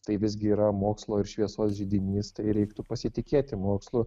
tai visgi yra mokslo ir šviesos židinys tai reiktų pasitikėti mokslu